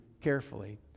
carefully